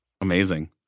Amazing